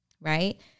right